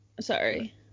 Sorry